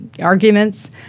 arguments